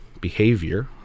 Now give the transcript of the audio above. behavior